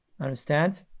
Understand